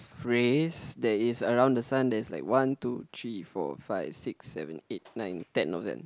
phrase that is around the sun there's like one two three four five six seven eight nine ten of them